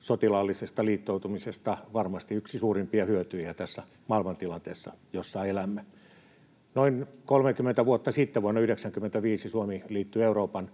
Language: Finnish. sotilaallisesta liittoutumisesta tässä maailmantilanteessa, jossa elämme. Noin 30 vuotta sitten vuonna 95 Suomi liittyi Euroopan